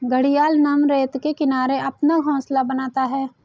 घड़ियाल नम रेत के किनारे अपना घोंसला बनाता है